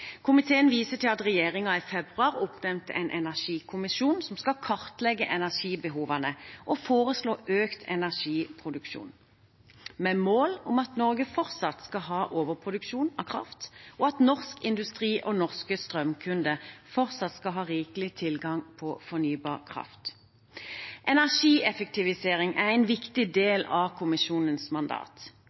Komiteen viser til at regjeringen i februar oppnevnte en energikommisjon som skal kartlegge energibehovene og foreslå økt energiproduksjon med mål om at Norge fortsatt skal ha overproduksjon av kraft, og at norsk industri og norske strømkunder fortsatt skal ha rikelig tilgang på fornybar kraft. Energieffektivisering er en viktig del av kommisjonens mandat.